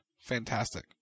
fantastic